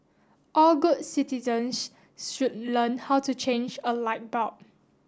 all good citizens should learn how to change a light bulb